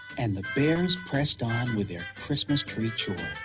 and the bears pressed on with their christmas tree chore.